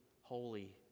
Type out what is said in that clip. holy